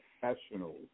professionals